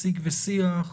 שיג ושיח?